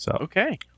Okay